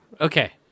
Okay